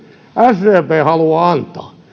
sdp haluaa antaa